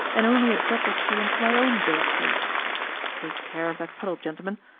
and only a drop or two into my own dull pate take care of that puddle, gentlemen.